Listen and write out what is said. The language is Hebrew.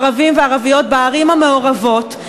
ערבים וערביות בערים המעורבות,